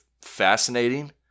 fascinating